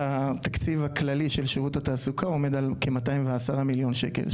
התקציב הכללי של שירות התעסוקה עומד על כ 210 מיליון שקל.